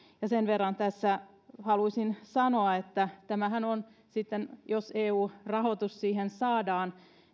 sen verran tässä haluaisin sanoa että tämähän on sitten jos eu rahoitus siihen saadaan